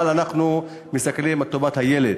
אבל אנחנו מסתכלים על טובת הילד.